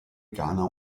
ghana